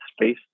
space